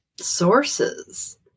sources